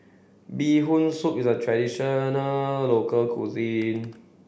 bee hoon soup is a traditional local cuisine